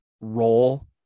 role